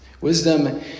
Wisdom